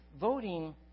Voting